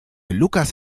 lukas